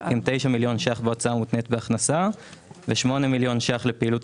9 מיליון ₪ בהוצאה מותנית בהכנסה ו-8 מיליון ₪ לפעילות